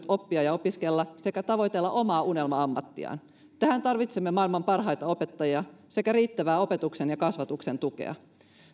oppia ja opiskella sekä tavoitella omaa unelma ammattiaan tähän tarvitsemme maailman parhaita opettajia sekä riittävää opetuksen ja kasvatuksen tukea